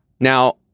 Now